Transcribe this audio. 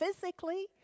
physically